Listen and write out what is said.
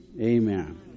amen